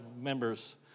members